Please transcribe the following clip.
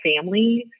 families